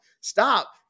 stop